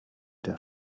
der